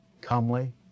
comely